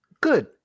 good